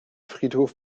friedhof